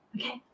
okay